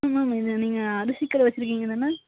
ஆ ma'am இது நீங்கள் அரிசி கடை வச்சிருக்கிங்க தானே